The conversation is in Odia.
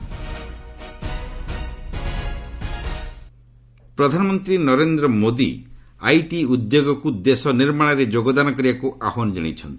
ପିଏମ୍ ପ୍ରଧାନମନ୍ତ୍ରୀ ନରେନ୍ଦ୍ର ମୋଦି ଆଇଟି ଉଦ୍ୟୋଗକୁ ଦେଶ ନିର୍ମାଣରେ ଯୋଗଦାନ କରିବାକୁ ଆହ୍ୱାନ ଜଣାଇଛନ୍ତି